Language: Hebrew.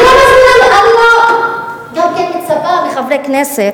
אני לא מצפה מחברי כנסת